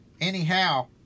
anyhow